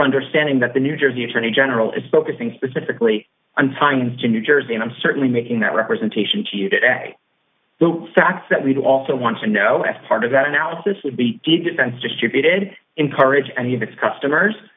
understanding that the new jersey attorney general is focusing specifically on timings to new jersey and i'm certainly making that representation to you today the fact that we do also want to know as part of that analysis would be good defense distributed encourage any of its customers